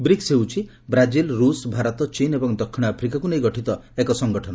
BRICS ହେଉଛି Brazil ରୁଷ୍ ଭାରତ ଚୀନ ଏବଂ ଦକ୍ଷିଣ ଆଫ୍ରିକାକୁ ନେଇ ଗଠିତ ଏକ ସଙ୍ଗଠନ